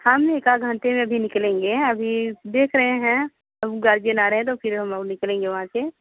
हम एकाध घंटे में अभी निकलेंगे अभी देख रहे हैं अब वो गारजीयन आ रहे हैं तो फिर हम लोग निकलेंगे वहाँ से